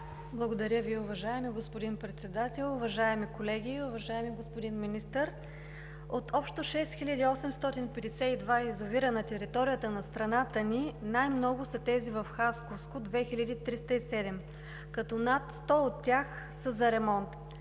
Благодаря Ви, уважаеми господин Председател. Уважаеми колеги! Уважаеми господин Министър, от общо 6852 язовира на територията на страната ни, най-много са тези в Хасковско – 2307, като над сто от тях са за ремонт.